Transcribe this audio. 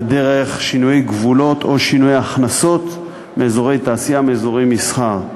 דרך שינויי גבולות או שינויי הכנסות מאזורי תעשייה ומאזורי מסחר.